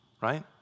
right